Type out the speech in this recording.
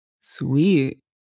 sweet